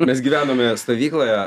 mes gyvenome stovykloje